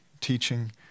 teaching